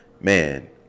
Man